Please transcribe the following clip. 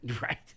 right